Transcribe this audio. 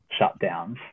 shutdowns